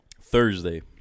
Thursday